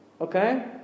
Okay